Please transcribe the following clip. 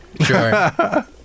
Sure